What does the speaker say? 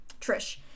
Trish